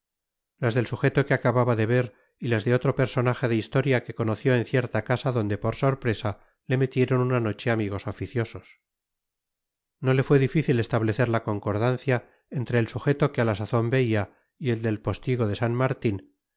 las del sujeto que acababa de ver y las de otro personaje de historia que conoció en cierta casa donde por sorpresa le metieron una noche amigos oficiosos no le fue difícil establecer la concordancia entre el sujeto que a la sazón veía y el del postigo de san martín